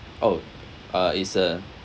oh uh it's a